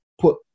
put